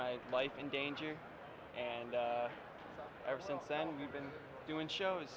my life in danger and ever since then we've been doing shows